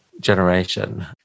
generation